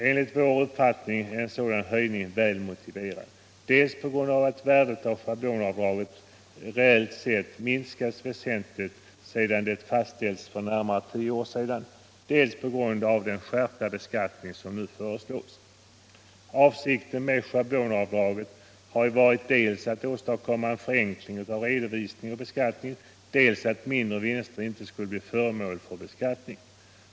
Enligt vår uppfattning är en sådan höjning välmotiverad, dels på grund av att värdet av schablonavdrag reellt sett minskat väsentligt sedan det fastställts för närmare tio år sedan, dels på grund av den skärpta beskattning som nu föreslås. Avsikten med schablonavdrag har varit dels att åstadkomma en förenkling av redovisning och beskattning, dels att mindre vinster inte skulle bli föremål för beskattning.